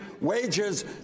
wages